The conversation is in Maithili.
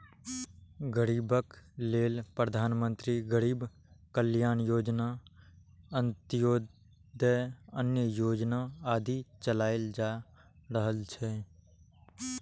गरीबक लेल प्रधानमंत्री गरीब कल्याण योजना, अंत्योदय अन्न योजना आदि चलाएल जा रहल छै